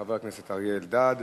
חבר הכנסת אריה אלדד.